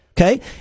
Okay